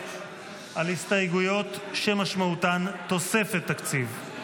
כעת על הסתייגויות שמשמעותן תוספת תקציב.